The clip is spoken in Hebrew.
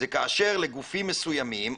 זה כאשר לגופים מסוימים,